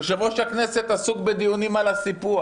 יושב-ראש הכנסת עסוק בדיונים על הסיפוח.